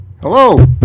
Hello